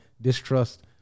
distrust